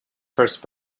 first